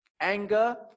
anger